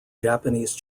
japanese